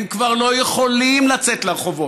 הם כבר לא יכולים לצאת לרחובות,